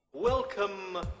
Welcome